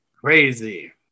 crazy